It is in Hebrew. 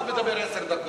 הוא מדבר עשר דקות.